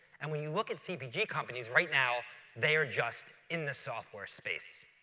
and when you look at cbg companies right now they are just in the software space.